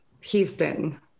Houston